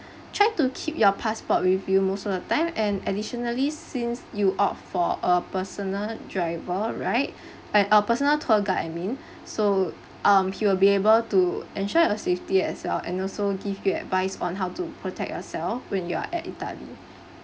try to keep your passport with you most of the time and additionally since you opt for a personal driver right eh uh personal tour guide I mean so um he will be able to ensure your safety as well and also give you advice on how to protect yourself when you are at italy